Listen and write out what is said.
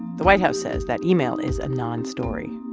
the white house says that email is a non-story